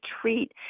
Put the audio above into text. treat